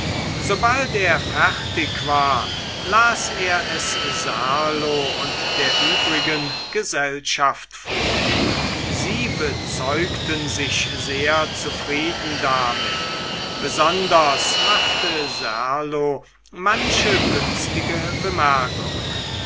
sobald er fertig war las er es serlo und der übrigen gesellschaft vor sie bezeugten sich sehr zufrieden damit besonders machte serlo manche günstige bemerkung